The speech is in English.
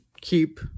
keep